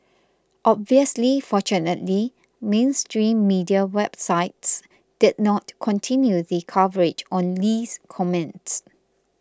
obviously fortunately mainstream media websites did not continue the coverage on Lee's comments